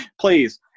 please